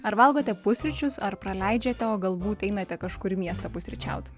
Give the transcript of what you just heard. ar valgote pusryčius ar praleidžiate o galbūt einate kažkur į miestą pusryčiaut